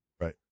Right